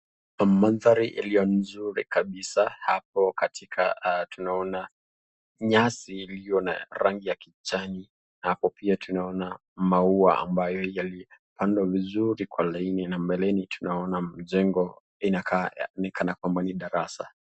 Maandhari yaliyo nzuri kabisa hapo katika a tunaona nyasi iliyo na rangi ya kijani na hapo pia tunaona mauwa ambayo yalipandwa vizuri kwa laini na mbeleni tunaona mjengo inakaa ya nikanakwamba ni darasa